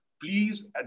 Please